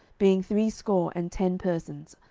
being threescore and ten persons,